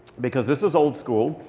because this was old school.